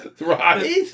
Right